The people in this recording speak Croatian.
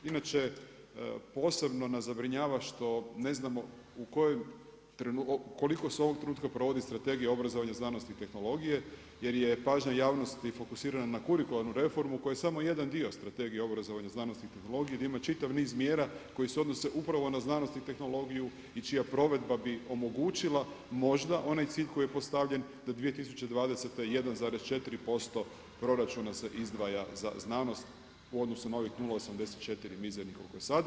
Inače, posebno nas zabrinjava što ne znamo koliko se u ovom trenutku provodi Strategija obrazovanja, znanosti i tehnologije jer je pažnja javnosti fokusirana na kurikularnu reformu koja je samo jedan dio Strategije obrazovanja, znanosti i tehnologije gdje ima čitav niz mjera koje se odnose upravo znanost i tehnologiju i čija provedba bi omogućila možda onaj cilj koji je postavljen do 2020., 1,4% proračuna se izdvaja za znanost u odnosu na ovih 0,84 mizernih koliko je sada.